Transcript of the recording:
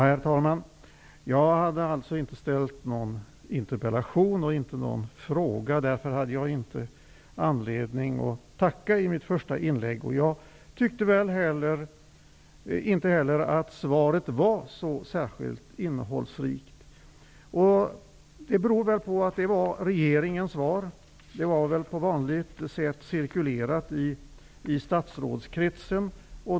Herr talman! Jag hade inte framställt någon interpellation eller fråga. Därför hade jag inte någon anledning att tacka i mitt första inlägg. Jag tyckte inte heller att svaret var så särskilt innehållsrikt. Det beror väl på att det var regeringens svar. På vanligt sätt har det nog cirkulerat i statsrådskretsen.